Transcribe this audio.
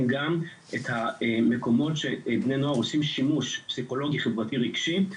גם את המקומות שבהם בני נוער עושים שימוש פסיכולוגי - חברתי רגשי,